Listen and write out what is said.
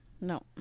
No